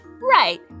Right